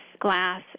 glass